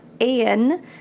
Ian